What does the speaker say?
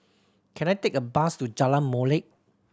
can I take a bus to Jalan Molek